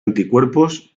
anticuerpos